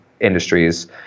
industries